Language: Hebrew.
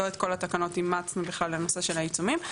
לא את כל התקנות אימצנו בכלל לנושא של העיצומים.